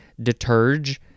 deterge